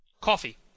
Coffee